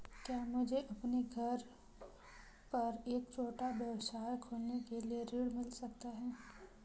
क्या मुझे अपने घर पर एक छोटा व्यवसाय खोलने के लिए ऋण मिल सकता है?